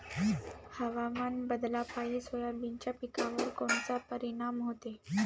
हवामान बदलापायी सोयाबीनच्या पिकावर कोनचा परिणाम होते?